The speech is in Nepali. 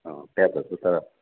अँ प्याजहरूको त